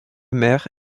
maire